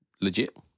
legit